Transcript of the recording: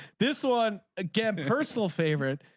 this one again personal favorite.